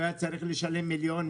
הוא היה צריך לשלם מיליון,